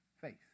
faith